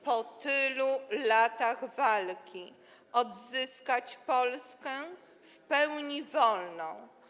Po tylu latach walki chcieli odzyskać Polskę w pełni wolną.